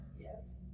Yes